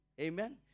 Amen